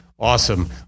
Awesome